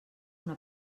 una